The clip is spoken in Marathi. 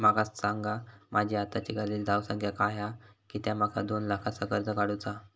माका सांगा माझी आत्ताची कर्जाची धावसंख्या काय हा कित्या माका दोन लाखाचा कर्ज काढू चा हा?